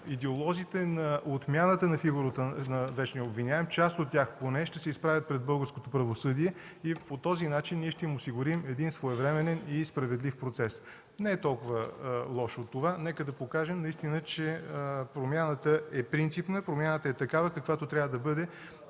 идеолозите на отмяната на фигурата на вечния обвиняем, поне част от тях ще се изправят пред българското правосъдие и по този начин ние ще им осигурим един своевременен и справедлив процес. Не е толкова лошо това, нека да покажем наистина, че промяната е принципна, промяната е такава, каквато трябва да бъде